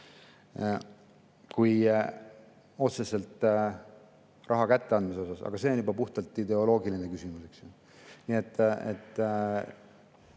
kui otseselt raha kätte anda. Aga see on juba puhtalt ideoloogiline küsimus.